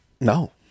No